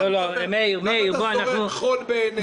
למה אתה זורה חול בעיניהם?